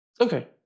Okay